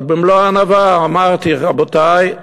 אז במלוא הענווה אמרתי: רבותי,